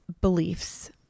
beliefs